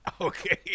Okay